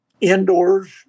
Indoors